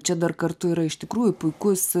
čia dar kartu yra iš tikrųjų puikus